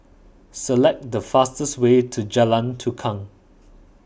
select the fastest way to Jalan Tukang